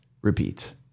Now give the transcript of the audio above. Repeat